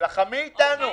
תילחמי אתנו.